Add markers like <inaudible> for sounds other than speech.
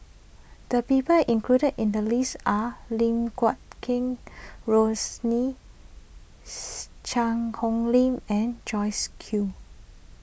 the people included in the list are Lim Guat Kheng Rosie <noise> Cheang Hong Lim and Joyce Jue